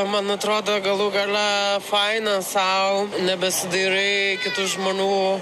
man atrodo galų gale fainas sau nebesidairai kitų žmonių